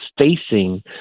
facing